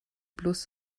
bloß